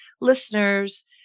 listeners